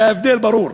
וההבדל ברור.